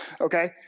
okay